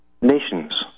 nations